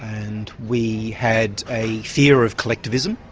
and we had a fear of collectivism,